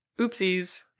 Oopsies